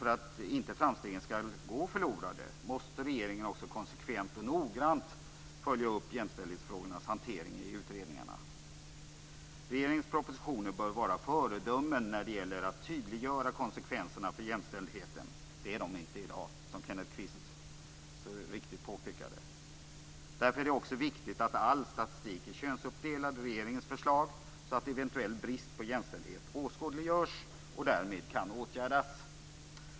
För att inte framstegen skall gå förlorade måste regeringen också konsekvent och noggrant följa upp jämställdhetsfrågornas hantering i utredningarna. Regeringens propositioner bör vara föredömen när det gäller att tydliggöra konsekvenserna för jämställdheten. Det är de inte i dag, som Kenneth Kvist så riktigt påpekade. Därför är det också viktigt att all statistik är könsuppdelad i regeringens förslag, så att eventuell brist på jämställdhet åskådliggörs och därmed kan åtgärdas.